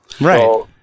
Right